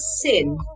sin